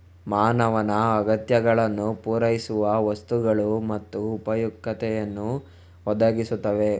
ಮಾನವನ ಅಗತ್ಯಗಳನ್ನು ಪೂರೈಸುವ ವಸ್ತುಗಳು ಮತ್ತು ಉಪಯುಕ್ತತೆಯನ್ನು ಒದಗಿಸುತ್ತವೆ